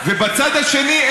השרים,